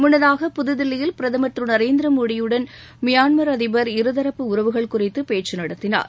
முன்னதாக புதுதில்லியில் பிரதமர் திரு நரேந்திர மோடி யுடன் மியான்மர் அதிபர் இருதரப்பு உறவுகள் குறித்து பேச்சு நடத்தினார்